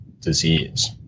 disease